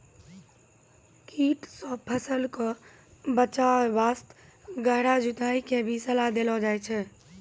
कीट सॅ फसल कॅ बचाय वास्तॅ गहरा जुताई के भी सलाह देलो जाय छै